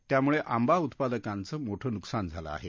त्यामुळे आंबा उत्पादकांचं मोठं नुकसान झालं आहे